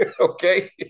Okay